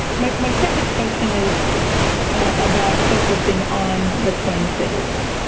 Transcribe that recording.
like my second question is about focusing on the twin cities.